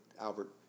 Albert